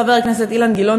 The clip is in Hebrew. חבר הכנסת אילן גילאון,